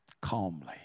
calmly